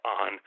on